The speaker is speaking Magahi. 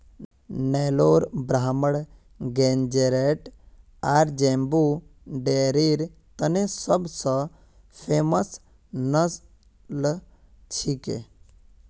नेलोर ब्राह्मण गेज़रैट आर ज़ेबू डेयरीर तने सब स फेमस नस्ल छिके